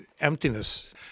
emptiness